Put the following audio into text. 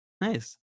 Nice